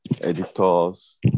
editors